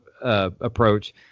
approach